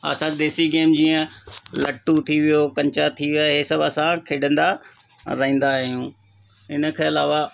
असांजी देसी गेम जीअं लटू थी वियो कंचा थी विया हे सभु असां खेॾंदा रहंदा आहियूं इन खां अलावा